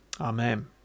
Amen